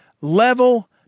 level